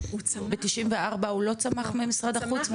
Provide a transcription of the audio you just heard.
ב-94 הוא לא צמח ממשרד החוץ?